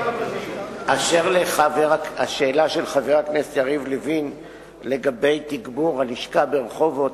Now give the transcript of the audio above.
אשר לשאלה של חבר הכנסת יריב לוין לגבי תגבור הלשכה ברחובות,